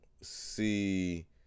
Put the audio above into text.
see